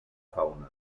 fauna